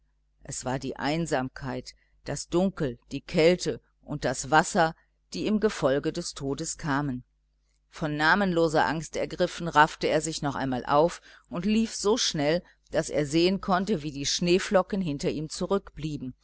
es war die einsamkeit das dunkel die kälte und das wasser die im gefolge des todes kamen von namenloser angst ergriffen raffte er sich noch einmal auf und lief so schnell daß er sehen konnte wie die schneeflocken hinter ihm zurückblieben